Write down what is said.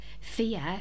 fear